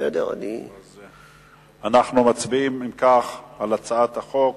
אנחנו מצביעים, אם כך, על הצעת החוק